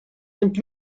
und